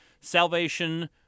salvation